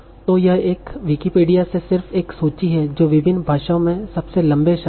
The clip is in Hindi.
तो यह विकिपीडिया से सिर्फ एक सूची है जो विभिन्न भाषाओं में सबसे लंबे शब्द हैं